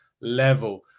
level